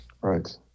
Right